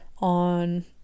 on